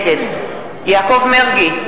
נגד יעקב מרגי,